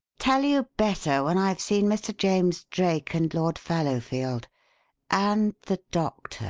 tell you better when i've seen mr. james drake and lord fallowfield and the doctor,